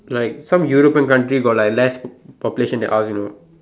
like some European country got like less population than us you know